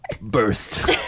burst